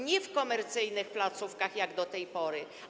Nie w komercyjnych placówkach, jak do tej pory.